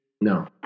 No